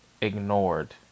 ignored